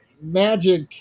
Magic